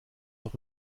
auch